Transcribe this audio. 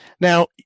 Now